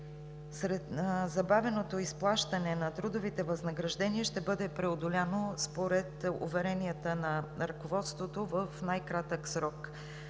Забавеното изплащане на трудовите възнаграждения ще бъде преодоляно, според уверенията на ръководството, в най-кратък срок.